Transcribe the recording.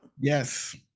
Yes